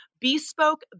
Bespoke